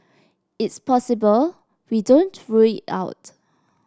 it's possible we don't rule it out